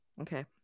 Okay